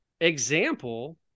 example